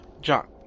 John